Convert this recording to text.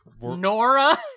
nora